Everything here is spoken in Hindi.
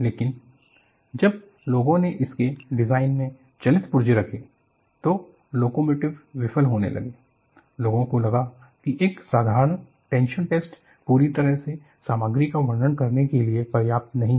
लेकिन जब लोगों ने उनके डिजाइन में चलित पुर्ज़े रखे तो लोकोमोटिव विफल होने लगे लोगों को लगा कि एक साधारण टेंशन टेस्ट पूरी तरह से सामग्री का वर्णन करने के लिए पर्याप्त नहीं है